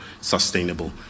sustainable